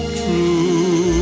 true